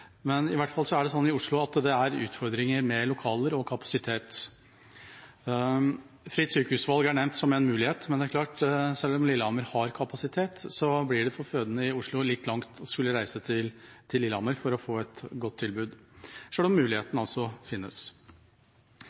men dessverre er det sånn i Oslo at det er utfordringer med lokaler og kapasitet. Fritt sykehusvalg er nevnt som en mulighet, men selv om Lillehammer har kapasitet, blir det for fødende i Oslo litt langt å skulle reise til Lillehammer for å få et godt tilbud, selv om muligheten altså finnes.